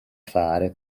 fare